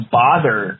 bother